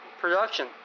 production